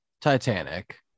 Titanic